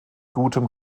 gutem